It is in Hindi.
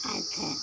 आए थे